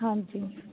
ਹਾਂਜੀ